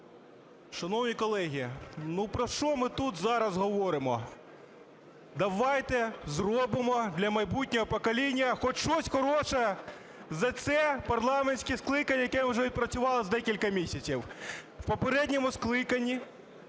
Шановні колеги, ну про що ми тут зараз говоримо?! Давайте зробимо для майбутнього покоління хоч щось хороше за це парламентське скликання, яке уже відпрацювало декілька місяців.